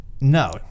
No